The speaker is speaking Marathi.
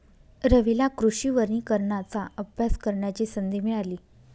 रवीला कृषी वनीकरणाचा अभ्यास करण्याची संधी मिळाली